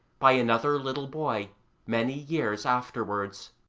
by another little boy many years afterwards.